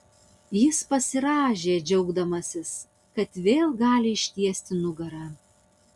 jis pasirąžė džiaugdamasis kad vėl gali ištiesti nugarą